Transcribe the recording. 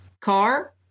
car